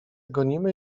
gonimy